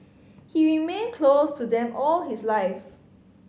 he remained close to them all his life